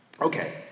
Okay